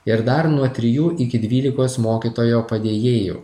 ir dar nuo trijų iki dvylikos mokytojo padėjėjų